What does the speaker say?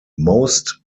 most